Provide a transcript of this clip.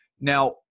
Now